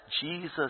Jesus